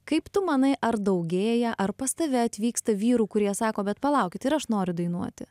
kaip tu manai ar daugėja ar pas tave atvyksta vyrų kurie sako bet palaukit ir aš noriu dainuoti